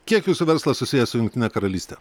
kiek jūsų verslas susijęs su jungtine karalyste